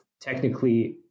Technically